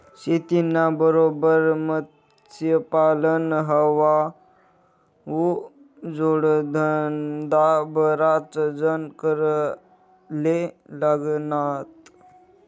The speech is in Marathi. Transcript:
शेतीना बरोबर मत्स्यपालन हावू जोडधंदा बराच जण कराले लागनात